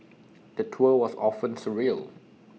the tour was often surreal